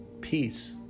peace